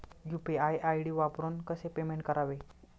UPI ID वापरून कसे payment करावे?